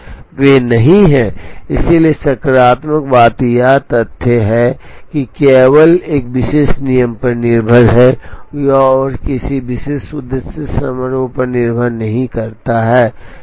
वे नहीं हैं इसलिए सकारात्मक बात यह तथ्य है कि यह केवल एक विशेष नियम पर निर्भर है और यह किसी विशेष उद्देश्य समारोह पर निर्भर नहीं करता है